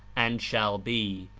and shall be.